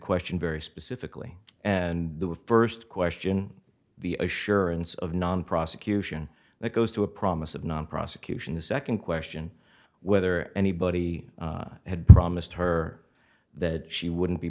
question very specifically and the first question the assurance of non prosecution that goes to a promise of non prosecution a second question whether anybody had promised her that she wouldn't be